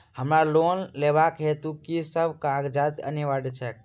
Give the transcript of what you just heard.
हमरा लोन लेबाक हेतु की सब कागजात अनिवार्य छैक?